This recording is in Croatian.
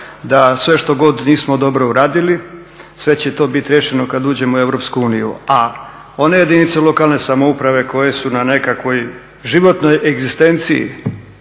da sve što god nismo dobro uradili sve će to bit riješeno kad uđemo u Europsku uniju, a one jedinice lokalne samouprave koje su na nekakvoj životnoj egzistenciji